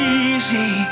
easy